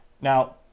Now